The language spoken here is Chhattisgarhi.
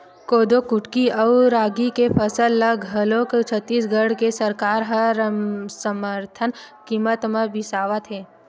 कोदो कुटकी अउ रागी के फसल ल घलोक छत्तीसगढ़ के सरकार ह समरथन कीमत म बिसावत हे